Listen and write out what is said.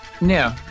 No